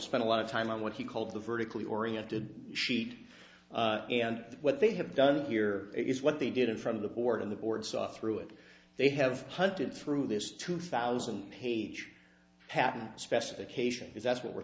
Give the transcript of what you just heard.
spent a lot of time on what he called the vertically oriented sheet and what they have done here is what they did in front of the board of the board saw through it they have hunted through this two thousand page patent specification is that's what we're